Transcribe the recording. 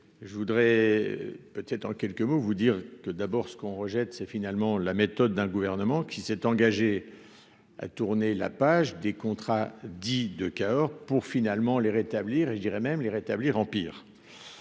je voudrais peut-être en quelques mots vous dire d'abord ce qu'on rejette, c'est finalement la méthode d'un gouvernement qui s'est engagé à tourner la page des contrats dits de Cahors pour finalement les rétablir et je dirais même les rétablir empire